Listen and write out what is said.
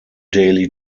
daily